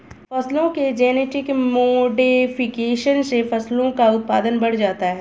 फसलों के genetic modification से फसलों का उत्पादन बढ़ जाता है